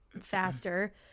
faster